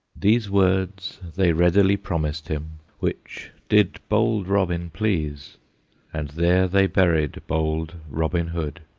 these words they readily promised him, which did bold robin please and there they buried bold robin hood,